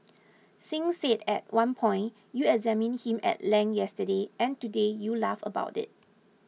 Singh said at one point You examined him at length yesterday and today you laugh about it